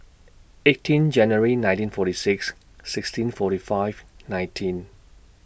eighteen January nineteen forty six sixteen forty five nineteen